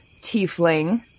tiefling